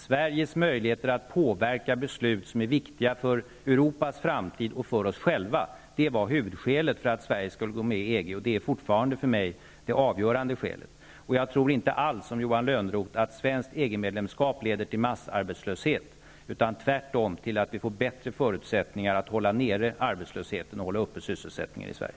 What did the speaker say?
Sveriges möjligheter att påverka beslut som är viktiga för Europas framtid och för oss själva var huvudskälet för att Sverige skulle gå med i EG, och det är fortfarande för mig det avgörande huvudskälet. Jag tror inte alls, som Johan Lönnroth, att svenskt EG-medlemskap leder till massarbetslöshet, utan tvärtom till att vi får bättre förutsättningar att hålla nere arbetslösheten och hålla uppe sysselsättningen i Sverige.